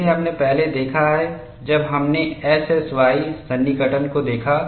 देखें हमने पहले देखा है जब हमने SSY सन्निकटन को देखा